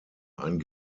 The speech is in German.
ein